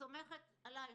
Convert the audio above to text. סומכת עלייך,